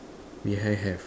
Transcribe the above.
behind have